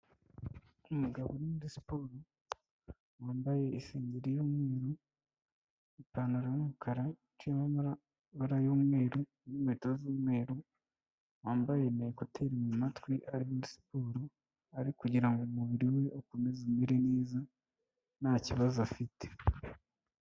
Umugabo uri muri siporo wambaye isengeri y'umweru, ipantaro y'umukara iciyemo amabara y'umweru n'ikweto z'umweru wambaye koteri mu matwi, ari muri siporo arikugira ngo umubiri we ukomeze umere neza nta kibazo afite.